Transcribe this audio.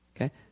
Okay